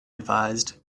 advised